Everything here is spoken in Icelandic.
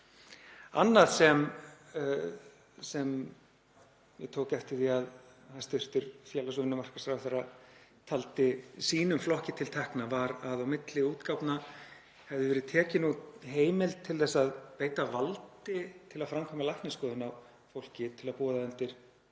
Annað sem ég tók eftir að hæstv. félags- og vinnumarkaðsráðherra taldi sínum flokki til tekna var að á milli útgáfna hefði verið tekin út heimild til þess að beita valdi til að framkvæma læknisskoðun á fólki til að búa það undir